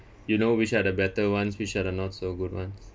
you know which are the better ones which are the not so good ones